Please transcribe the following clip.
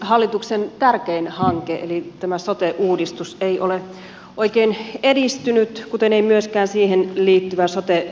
hallituksen tärkein hanke eli tämä sote uudistus ei ole oikein edistynyt kuten ei myöskään siihen liittyvä sote rahoituksen uudistus